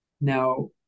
Now